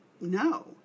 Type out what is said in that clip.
No